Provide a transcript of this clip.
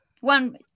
one